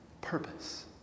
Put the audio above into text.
purpose